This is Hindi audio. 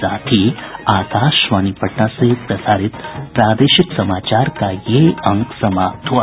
इसके साथ ही आकाशवाणी पटना से प्रसारित प्रादेशिक समाचार का ये अंक समाप्त हुआ